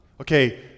okay